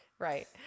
Right